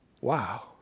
Wow